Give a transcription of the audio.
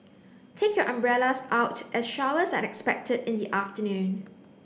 take your umbrellas out as showers are expected in the afternoon